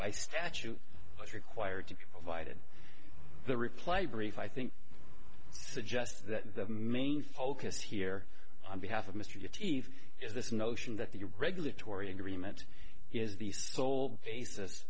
by statute was required to provide in the reply brief i think suggests that the main focus here on behalf of mr t v is this notion that the regulatory agreement is the sole basis